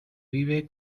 vive